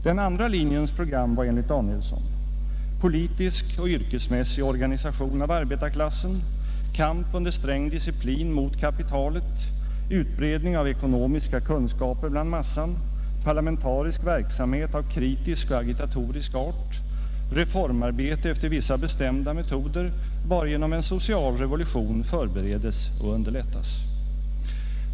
Den andra linjens program var enligt Danielsson: ”politisk och yrkesmässig organisation av arbetarklassen, kamp under sträng disciplin mot kapitalet, utbredning av ekonomiska kunskaper bland massan, parlamentarisk verksamhet av kritisk och agitatorisk art, reformarbete efter vissa bestämda metoder, varigenom en social revolution förberedes och underlättas”.